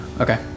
Okay